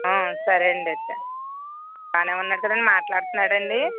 ఆ సరే అండి అయితే బాగానే ఉన్నాడు కదండి మాట్లాడుతున్నాడాండి